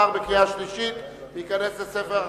התש"ע 2010,